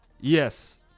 Yes